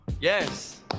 yes